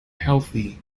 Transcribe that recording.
healthy